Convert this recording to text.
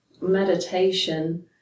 meditation